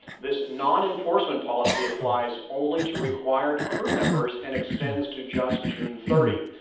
this non-enforcement policy applies only to required crew members and extends to just june thirty.